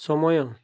ସମୟ